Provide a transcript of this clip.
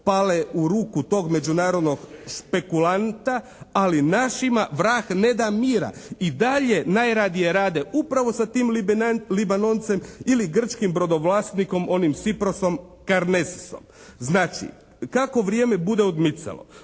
pale u ruku tog međunarodnog špekulanta. Ali našima vrag ne da mira. I dalje najradije rade upravo sa tim Libanoncem ili grčkim brodovlasnikom onim Siprosom Karnessom. Znači kako vrijeme bude odmicalo